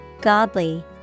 Godly